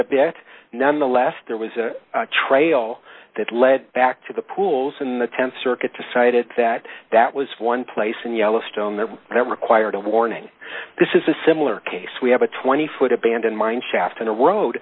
a bit nonetheless there was a trail that led back to the pools in the th circuit decided that that was one place in yellowstone there that required a warning this is a similar case we have a twenty foot abandoned mine shaft in a road